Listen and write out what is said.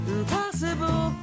Impossible